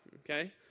okay